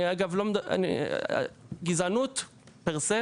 גזענות פר-סה